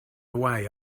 away